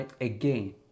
again